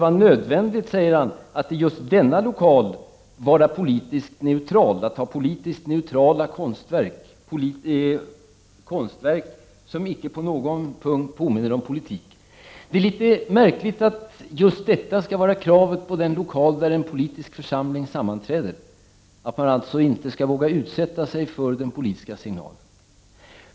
Jan Sandberg säger att det i just denna lokal var nödvändigt att vara politiskt neutral och ha politiskt neutrala konstverk, konstverk som icke på någon punkt påminner om politik. Det är litet märkligt att just detta skall vara kravet på den lokal där en politisk församling sammanträder, att man alltså inte där skall våga utsätta sig för den politiska signalen.